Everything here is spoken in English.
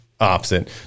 opposite